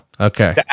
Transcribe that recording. Okay